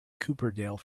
cooperdale